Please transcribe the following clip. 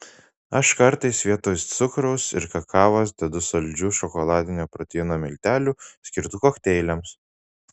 aš kartais vietoj cukraus ir kakavos dedu saldžių šokoladinių proteino miltelių skirtų kokteiliams